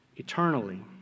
Eternally